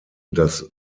das